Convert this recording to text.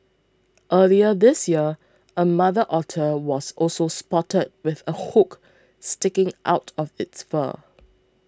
earlier this year a mother otter was also spotted with a hook sticking out of its fur